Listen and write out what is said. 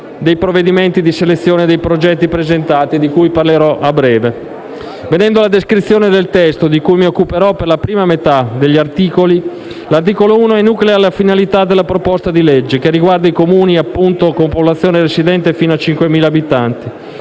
dei provvedimenti di selezione dei progetti presentati, di cui parlerò a breve. Venendo alla descrizione del testo, di cui mi occuperò per la prima metà degli articoli, l'articolo 1 enuclea le finalità della proposta di legge, che riguarda i Comuni con popolazione residente fino a 5.000 abitanti.